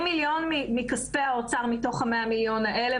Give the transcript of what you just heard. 40 מיליון מכספי האוצר מתוך ה-100 מיליון האלה,